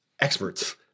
experts